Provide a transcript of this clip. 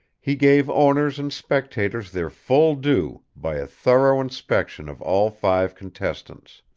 he gave owners and spectators their full due, by a thorough inspection of all five contestants.